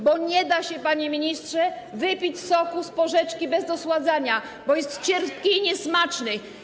Bo nie da się, panie ministrze, wypić soku z porzeczki bez dosładzania, bo jest cierpki i niesmaczny.